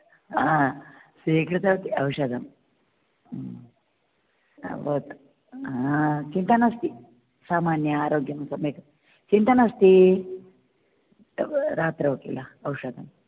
हा स्वीकृतवती औषदम् अभवत् हा चिन्ता नास्ति सामान्य आरोग्यं सम्यक् चिन्ता नास्ति रात्रौ किल औषदं